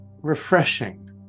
refreshing